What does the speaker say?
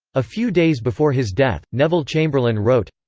a few days before his death, neville chamberlain wrote,